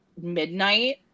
midnight